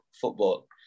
football